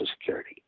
Security